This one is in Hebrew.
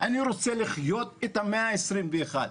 אני רוצה לחיות את המאה ה-21.